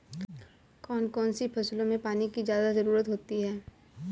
कौन कौन सी फसलों में पानी की ज्यादा ज़रुरत होती है?